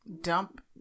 dump